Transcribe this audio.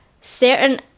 certain